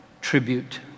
tribute